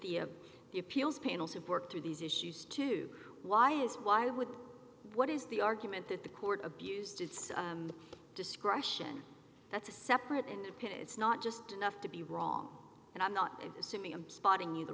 the the appeals panels have worked through these issues too why is why would what is the argument that the court abused its discretion that's a separate independent it's not just enough to be wrong and i'm not